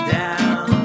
down